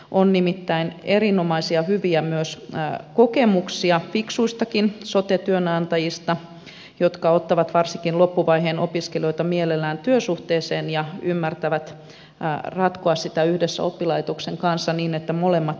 on nimittäin myös erinomaisia hyviä kokemuksia fiksuistakin sote työnantajista jotka ottavat varsinkin loppuvaiheen opiskelijoita mielellään työsuhteeseen ja ymmärtävät ratkoa asiaa yhdessä oppilaitoksen kanssa niin että molemmat voittavat